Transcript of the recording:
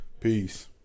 Peace